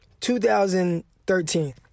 2013